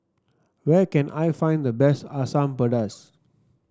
where can I find the best Asam Pedas